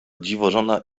dziwożona